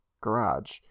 garage